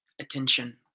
attention